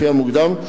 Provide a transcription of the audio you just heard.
לפי המוקדם,